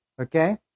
okay